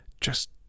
Just